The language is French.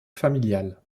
familiale